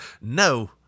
No